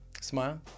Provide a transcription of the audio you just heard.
Smile